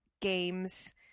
games